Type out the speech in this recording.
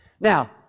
Now